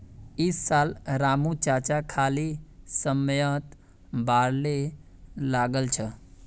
इस साल रामू चाचा खाली समयत बार्ली लगाल छ